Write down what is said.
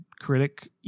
critic